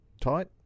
tight